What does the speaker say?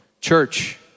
Church